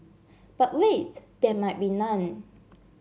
but wait there might be none